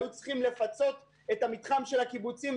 היו צריכים לפצות את המתחם של הקיבוצים,